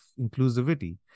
inclusivity